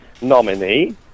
nominee